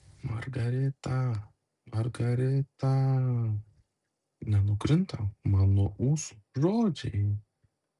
margarita margarita nenukrinta man nuo ūsų žodžiai